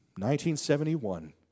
1971